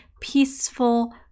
peaceful